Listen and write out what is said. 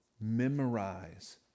Memorize